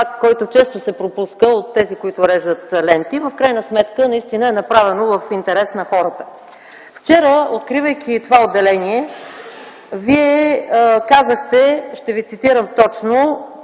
който често се пропуска от тези, които режат ленти, но в крайна сметка наистина е направено в интерес на хората. Вчера, откривайки това отделение, Вие казахте, ще Ви цитирам точно,